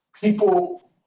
people